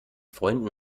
freunden